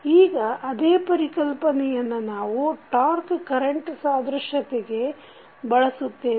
ಈಗ ಅದೇ ಪರಿಕಲ್ಪನೆಯನ್ನು ನಾವು ಟಾಕ್೯ ಕರೆಂಟ್ ಸಾದೃಶ್ಯತೆಗೆ ಬಳಸುತ್ತೇವೆ